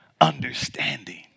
understanding